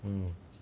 mm